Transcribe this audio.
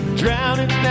drowning